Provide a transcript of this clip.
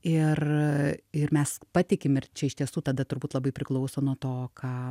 ir ir mes patikim ir čia iš tiesų tada turbūt labai priklauso nuo to ką